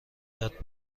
یاد